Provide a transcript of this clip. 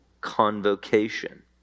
convocation